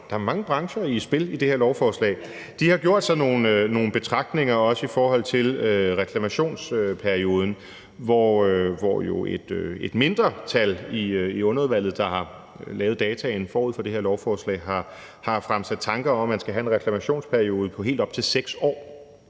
der er mange brancher i spil i det her lovforslag – har gjort sig nogle betragtninger, også i forhold til reklamationsperioden, hvor et mindretal i underudvalget, der jo har lavet dataene forud for det her lovforslag, har fremsat tanker om, at man skal have en reklamationsperiode på helt op til 6 år.